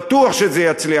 בטוח שזה יצליח.